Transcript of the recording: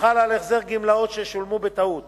החל על החזר גמלאות ששולמו בטעות